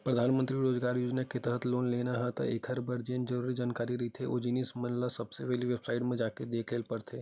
परधानमंतरी रोजगार योजना के तहत लोन लेना हे त एखर बर जेन जरुरी जानकारी रहिथे ओ जिनिस मन ल सब बेबसाईट म जाके देख ल परथे